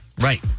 Right